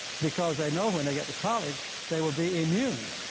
because they know when they get to college, they will be immune